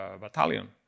battalion